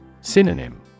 Synonym